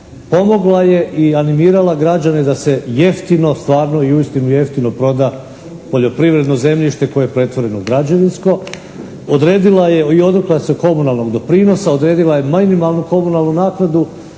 Pomogla je i animirala građane da se jeftino stvarno i uistinu jeftino proda poljoprivredno zemljište koje je pretvoreno u građevinsko. Odredila je i odrekla se komunalnog doprinosa. Odredila je minimalnu komunalnu naknadu.